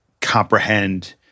comprehend